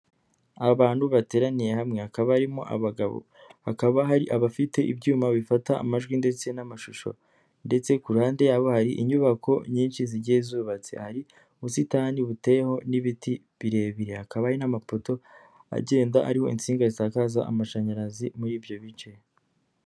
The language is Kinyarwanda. Abantu bateraniye hamwe hakaba harimo abagabo, hakaba hari abafite ibyuma bifata amajwi ndetse n'amashusho ndetse ku ruhande yabo hari inyubako nyinshi zigiye zubatse ,hari ubusitani buteyeho n'ibiti birebire, hakaba hari n'amapoto agenda ariho insinga zisakaza amashanyarazi muri ibyo bice.